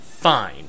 Fine